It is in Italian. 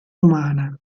umana